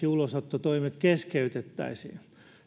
ulosottotoimet keskeytettäisiin